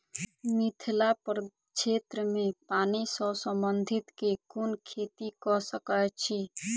मिथिला प्रक्षेत्र मे पानि सऽ संबंधित केँ कुन खेती कऽ सकै छी?